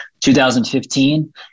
2015